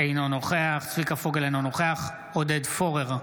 אינו נוכח צביקה פוגל, אינו נוכח עודד פורר,